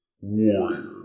Warrior